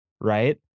Right